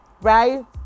Right